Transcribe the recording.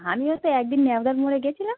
আমিও তো একদিন ন্যাওদার মোড়ে গিয়েছিলাম